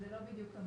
זה לא בדיוק כמוהו.